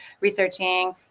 researching